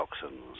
toxins